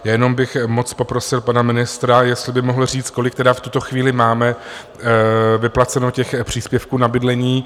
Jenom bych moc poprosil pana ministra, jestli by mohl říct, kolik v tuto chvíli tedy máme vyplaceno těch příspěvků na bydlení.